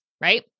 right